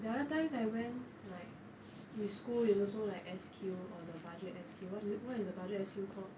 the other times I when like with school is also like S_Q or the budget S_Q what what is the budget S_Q called